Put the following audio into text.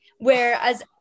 Whereas